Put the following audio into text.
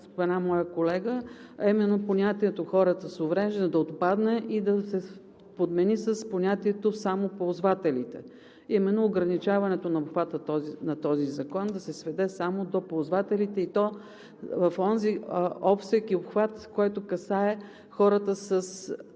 спомена моят колега, е понятието „хората с увреждания“ да отпадне и да се подмени само с понятието „ползвателите“. Именно ограничаването на обхвата на този закон да се сведе само до ползвателите, и то в онзи обсег и обхват, който касае хората с